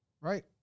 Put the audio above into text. right